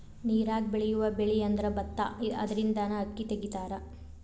ನೇರಾಗ ಬೆಳಿಯುವ ಬೆಳಿಅಂದ್ರ ಬತ್ತಾ ಅದರಿಂದನ ಅಕ್ಕಿ ತಗಿತಾರ